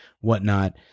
whatnot